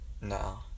No